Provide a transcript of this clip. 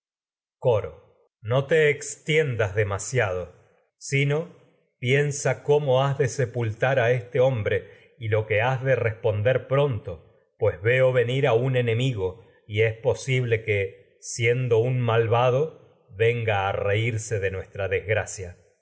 coro no te extiendas demasiado sino piensa cómo v mt s s áyax rí vvhas der a de sepultar a este hombre pues veo y lo que has de responpronto venir a un a enemigo y es posible que siendo un malvado venga reírse de nuestra